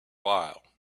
while